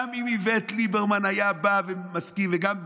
גם אם איווט ליברמן היה בא ומסכים וגם,